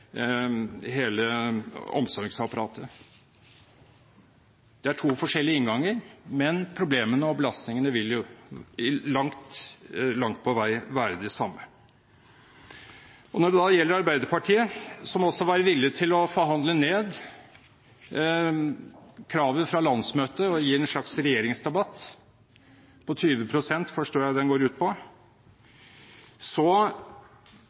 omsorgsapparatet. Det er to forskjellige innganger, men problemene og belastningene vil langt på vei være de samme. Når det da gjelder Arbeiderpartiet, som var villig til å forhandle ned kravet fra landsmøtet og gi en slags regjeringsrabatt – på 20 pst., forstår jeg den gikk ut på